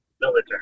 military